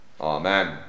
Amen